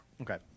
Okay